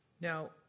Now